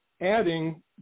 adding